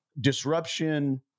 disruption